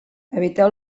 eviteu